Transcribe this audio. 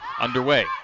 underway